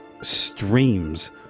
streams